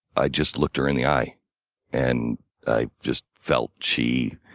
i just looked her in the eye and i just felt she